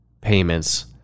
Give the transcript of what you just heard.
payments